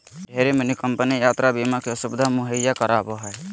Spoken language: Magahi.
ढेरे मानी कम्पनी यात्रा बीमा के सुविधा मुहैया करावो हय